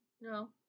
No